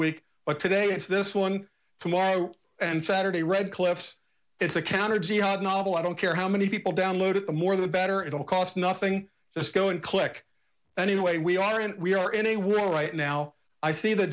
week but today it's this one tomorrow and saturday red cliffs it's a counter jihad novel i don't care how many people download it the more the better it'll cost nothing just go and clik anyway we aren't we are in a world right now i see th